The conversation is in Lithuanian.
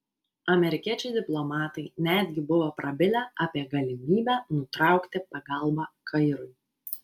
amerikiečiai diplomatai netgi buvo prabilę apie galimybę nutraukti pagalbą kairui